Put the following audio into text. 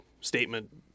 statement